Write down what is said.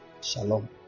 Shalom